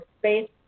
space